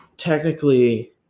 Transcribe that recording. Technically